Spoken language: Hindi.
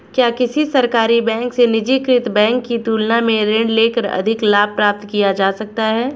क्या किसी सरकारी बैंक से निजीकृत बैंक की तुलना में ऋण लेकर अधिक लाभ प्राप्त किया जा सकता है?